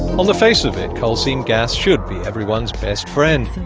um the face of it, coal seam gas should be everyone's best friend.